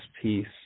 piece